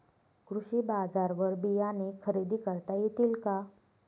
कृषी बाजारवर बियाणे खरेदी करता येतील का?